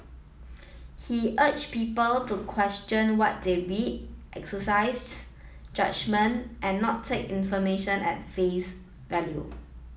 he urge people to question what they read exercises judgement and not take information at face value